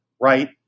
right